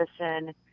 medicine